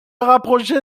rapprochée